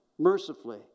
mercifully